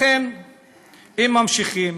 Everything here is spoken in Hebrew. לכן הם ממשיכים.